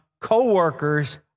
co-workers